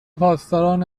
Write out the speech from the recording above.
پاسداران